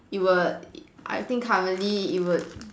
it would I think currently it would